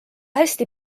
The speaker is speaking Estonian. hästi